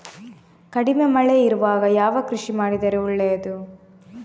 ಕಡಿಮೆ ಮಳೆ ಇರುವಾಗ ಯಾವ ಕೃಷಿ ಮಾಡಿದರೆ ಒಳ್ಳೆಯದು?